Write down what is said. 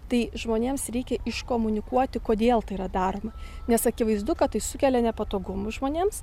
tai žmonėms reikia iškomunikuoti kodėl tai yra daroma nes akivaizdu kad tai sukelia nepatogumų žmonėms